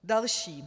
Další.